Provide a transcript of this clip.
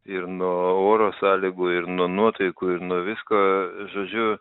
ir nuo oro sąlygų ir nuo nuotaikų ir nuo visko žodžiu